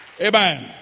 Amen